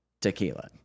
tequila